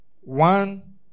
One